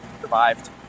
Survived